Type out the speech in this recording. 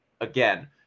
again